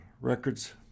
records